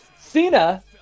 Cena